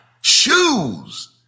shoes